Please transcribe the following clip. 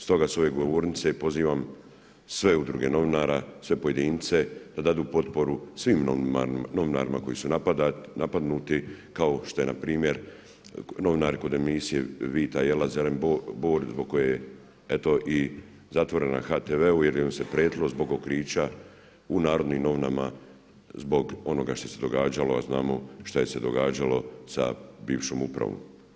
Stoga sa ove govornice pozivam sve udruge novinara, sve pojedince da dadu potporu svim novinarima koji su napadnuti kao što je na primjer novinar kod emisije Vita, jela, zelen, bor zbog koje je eto i zatvorena na HTV-u jer mu se prijetilo zbog otkrića u Narodnim novinama zbog onoga što se događalo, a znamo šta je se događalo sa bivšom upravom.